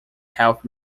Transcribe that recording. health